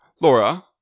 Laura